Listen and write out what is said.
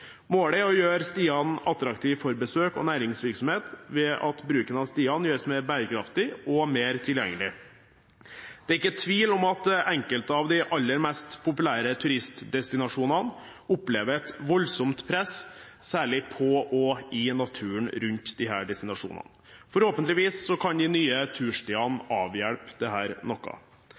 Målet er å gjøre stiene attraktive for besøk og næringsvirksomhet ved at bruken av stiene gjøres mer bærekraftig og mer tilgjengelig. Det er ikke tvil om at enkelte av de aller mest populære turistdestinasjonene opplever et voldsomt press særlig på og i naturen rundt disse destinasjonene. Forhåpentligvis kan de nye turstiene avhjelpe dette noe. Det